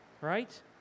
right